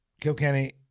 Kilkenny